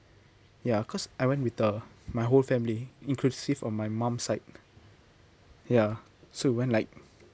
ya cause I went with the my whole family inclusive from my mom side ya so went like